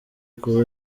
kuba